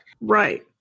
Right